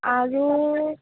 আৰু